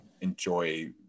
enjoy